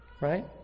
Right